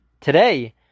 today